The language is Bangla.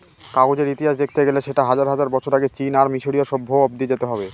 কাগজের ইতিহাস দেখতে গেলে সেটা হাজার হাজার বছর আগে চীন আর মিসরীয় সভ্য অব্দি যেতে হবে